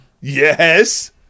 Yes